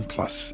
Plus